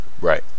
Right